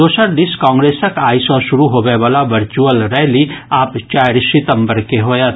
दोसर दिस कांग्रेसक आइ सँ शुरू होबयवला वर्चुअल रैली आब चारि सितम्बर के होयत